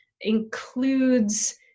includes